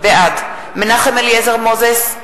בעד מנחם אליעזר מוזס,